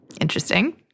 Interesting